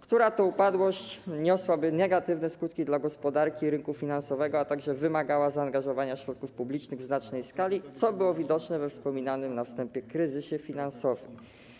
która to upadłość niosłaby negatywne skutki dla gospodarki i rynku finansowego, a także wymagałaby zaangażowania środków publicznych w znacznej skali, co było widoczne w przypadku wspominanego na wstępie kryzysu finansowego.